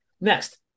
Next